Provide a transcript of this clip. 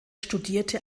studierte